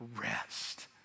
rest